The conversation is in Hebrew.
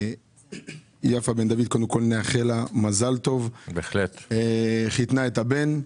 ליפה בן דוד נאחל מזל טוב, חיתנה את הבן,